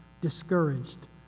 discouraged